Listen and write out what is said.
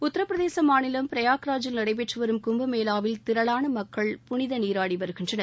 உத்தரப்பிரதேச மாநிலம் பிரயாக்ராஜில் நடைபெற்றுவரும் கும்பமேளாவில் திரளான மக்கள் புனித நீராடி வருகின்றனர்